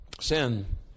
Sin